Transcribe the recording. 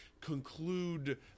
conclude